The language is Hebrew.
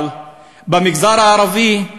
אבל במגזר הערבי.